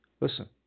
Listen